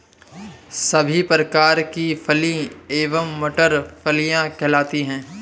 सभी प्रकार की फली एवं मटर फलियां कहलाती हैं